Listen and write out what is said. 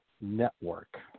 Network